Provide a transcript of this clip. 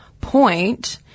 point